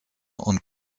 und